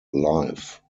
life